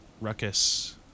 ruckus